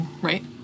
Right